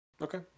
Okay